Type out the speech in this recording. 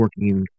working